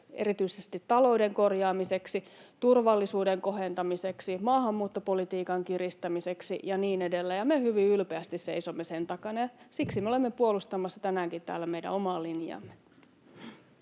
erityisesti talouden korjaamiseksi, turvallisuuden kohentamiseksi, maahanmuuttopolitiikan kiristämiseksi ja niin edelleen. Me hyvin ylpeästi seisomme sen takana, ja siksi me olemme puolustamassa tänäänkin täällä meidän omaa linjaamme.